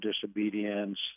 disobedience